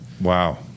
Wow